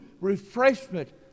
refreshment